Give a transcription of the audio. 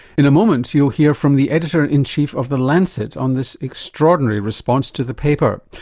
in a moment you'll hear from the editor-in-chief of the lancet on this extraordinary response to the paper.